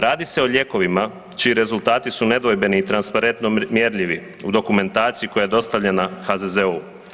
Radi se o lijekovima čiji rezultati su nedvojbeni i transparentno mjerljivi u dokumentaciji koja je dostavljena HZZO-u.